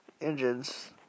engines